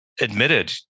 admitted